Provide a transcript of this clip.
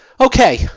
Okay